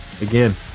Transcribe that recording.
again